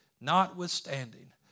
notwithstanding